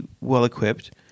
well-equipped